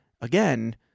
again